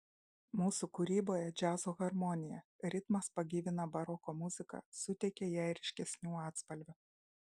mūsų kūryboje džiazo harmonija ritmas pagyvina baroko muziką suteikia jai ryškesnių atspalvių